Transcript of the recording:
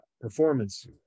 performance